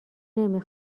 نمی